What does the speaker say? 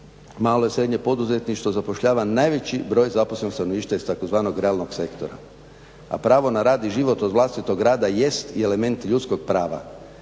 Malo i srednje poduzetništvo zapošljava najveći broj zaposlenog stanovništva iz tzv. radnog sektora, a pravo na radni život od vlastitog rada jest i element ljudskog prava.